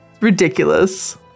Ridiculous